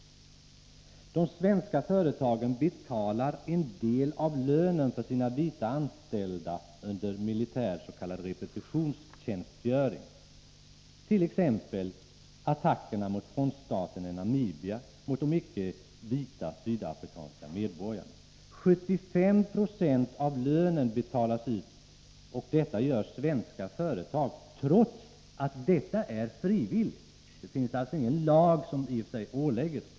— De svenska företagen betalar en del av lönen för sina vita anställda under militär s.k. repetitionstjänstgöring, t.ex. i attackerna mot frontstaterna i Namibia, mot de icke vita sydafrikanska medborgarna. 75 90 av lönen betalas ut, och detta gör svenska företag trots att det är frivilligt. Det finns alltså ingen lag som ålägger dem det.